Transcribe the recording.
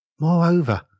Moreover